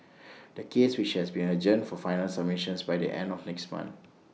the case has been adjourned for final submissions by the end of next month